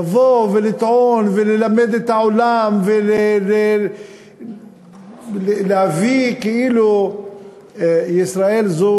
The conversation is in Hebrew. לבוא ולטעון וללמד את העולם ולהביא כאילו ישראל היא